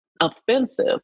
offensive